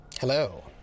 Hello